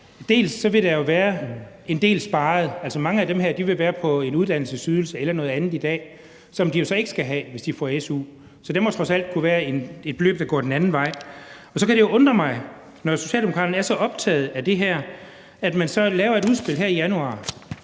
hvor der jo vil være en del sparet; altså, mange af dem her vil i dag være på en uddannelsesydelse eller noget andet, som de jo så ikke skal have, hvis de får su. Så det må trods alt kunne være et beløb, der går den anden vej. Så kan det undre mig, når Socialdemokraterne er så optaget af det her og man laver et udspil her i januar,